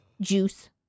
juice